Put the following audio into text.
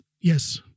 Yes